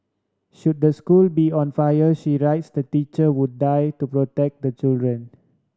should the school be on fire she writes the teacher would die to protect the children